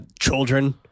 Children